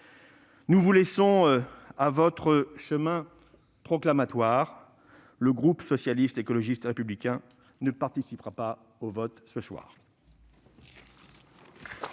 Nous vous laissons à votre chemin déclamatoire. Le groupe Socialiste, Écologiste et Républicain ne participera pas au vote de ce soir.